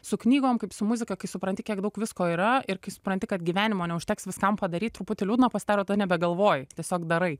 su knygom kaip su muzika kai supranti kiek daug visko yra ir kai supranti kad gyvenimo neužteks viskam padaryt truputį liūdna pasidaro tada nebegalvoji tiesiog darai